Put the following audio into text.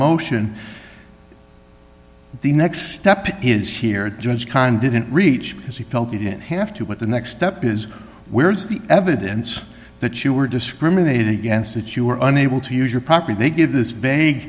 motion the next step is here at judge con didn't reach because he felt he didn't have to what the next step is where's the evidence that you were discriminated against that you were unable to use your property they give this